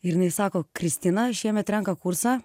ir jinai sako kristina šiemet renka kursą